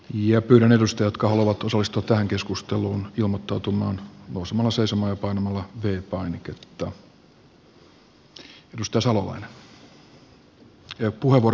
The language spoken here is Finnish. pyydän edustajia jotka haluavat osallistua tähän keskustelun ilmoittautumaan nousemalla seisomaan ja painamalla v painiketta